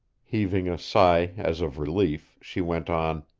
heaving a sigh as of relief, she went on